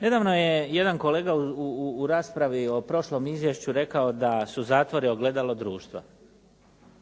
Nedavno je jedan kolega u raspravi o prošlom izvješću rekao da su zatvori ogledalo društva.